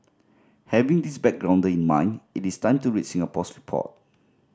having this backgrounder in mind it is time to read Singapore's report